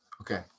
Okay